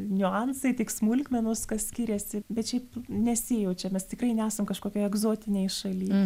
niuansai tik smulkmenos kas skiriasi bet šiaip nesijaučia mes tikrai nesam kažkokioj egzotinėj šaly